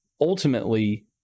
ultimately